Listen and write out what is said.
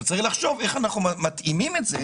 צריך לחשוב איך אנחנו מתאימים את זה